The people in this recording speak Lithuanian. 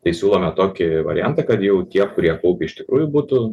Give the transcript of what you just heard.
tai siūlome tokį variantą kad jau tie kurie kaupė iš tikrųjų būtų